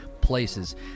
places